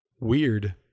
Weird